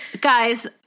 guys